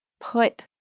put